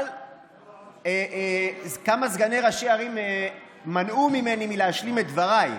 אבל כמה סגני ראשי ערים מנעו ממני להשלים את דבריי,